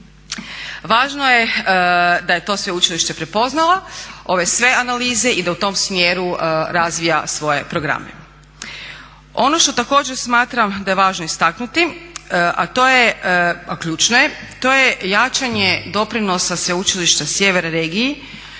Važno je da je to sveučilište prepoznalo ove sve analize i da u tom smjeru razvija svoje programe. Ono što također smatram da je važno istaknuti, a to je ključno je to je jačanje doprinosa Sveučilišta Sjever regiji